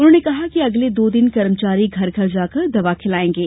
उन्होंने कहा कि अगले दो दिन कर्मचारी घर घर जाकर दवा खिलायेंगे